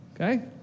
okay